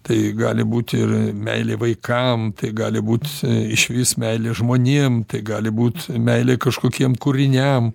tai gali būti ir meilė vaikam tai gali būt išvis meilė žmonėm tai gali būt meilė kažkokiem kūriniam